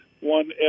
one